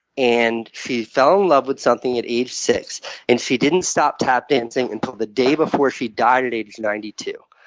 and she fell in love with something at age six and she didn't stop tap dancing until the day before she died at age ninety two.